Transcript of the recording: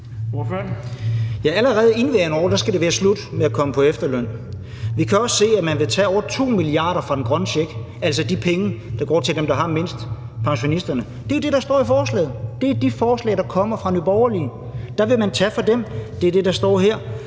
allerede i indeværende år skal det være slut med at komme på efterløn. Vi kan også se, at man vil tage over 2 mia. kr. fra den grønne check, altså de penge, der går til dem, der har mindst, nemlig pensionisterne. Det er det, der står i forslaget. Det er de forslag, der kommer fra Nye Borgerlige. Der vil man tage fra dem; det er det, der står her.